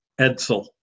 Edsel